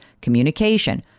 communication